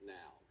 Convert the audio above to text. now